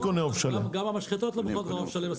גם המשחטות לא מוכרות עוף שלם.